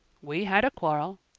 we had a quarrel.